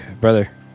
brother